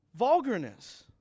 vulgarness